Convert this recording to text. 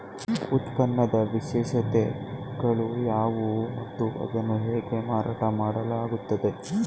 ಉತ್ಪನ್ನದ ವಿಶೇಷತೆಗಳು ಯಾವುವು ಮತ್ತು ಅದನ್ನು ಹೇಗೆ ಮಾರಾಟ ಮಾಡಲಾಗುತ್ತದೆ?